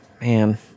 man